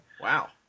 Wow